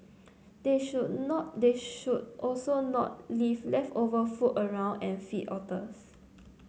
they should not they should also not leave leftover food around and feed otters